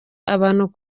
abantu